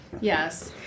Yes